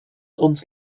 uns